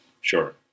sure